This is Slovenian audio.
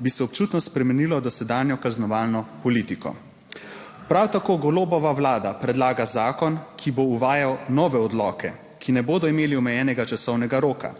bi se občutno spremenilo dosedanjo kaznovalno politiko." Prav tako Golobova Vlada predlaga zakon, ki bo uvajal nove odloke, ki ne bodo imeli omejenega časovnega roka,